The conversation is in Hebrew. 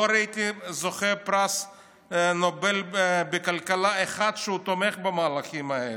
לא ראיתי זוכה פרס נובל בכלכלה אחד שתומך במהלכים האלה.